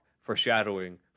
foreshadowing